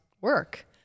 work